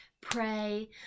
pray